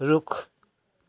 रुख